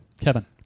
Kevin